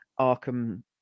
Arkham